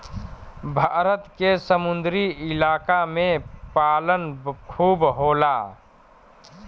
भारत के समुंदरी इलाका में पालन खूब होला